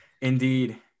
Indeed